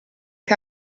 che